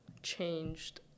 Changed